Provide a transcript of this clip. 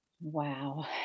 Wow